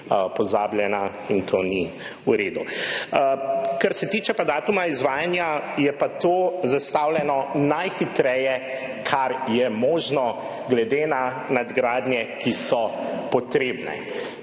pozabljena in to ni v redu. Kar se pa tiče datuma izvajanja, je to zastavljeno najhitreje, kar je možno glede na nadgradnje, ki so potrebne.